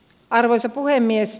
arvoisa puhemies